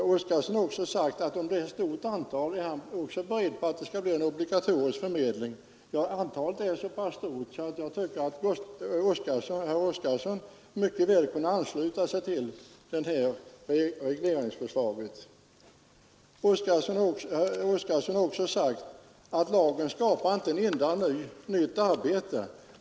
Herr Oskarson har också sagt att om det gäller ett stort antal är även han beredd på att det måste bli en obligatorisk förmedling. Ja, antalet är så pass stort att jag tycker att herr Oskarson mycket väl kan ansluta sig till detta regleringsförslag. Herr Oskarson sade att lagen skapar inte ett enda nytt arbete.